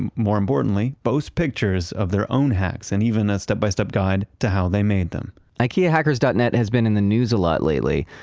and more importantly, post pictures of their own hacks and even a step-by-step guide to how they made them ikeahackers dot net has been in the news a lot lately,